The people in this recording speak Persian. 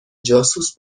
جاسوس